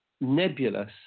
nebulous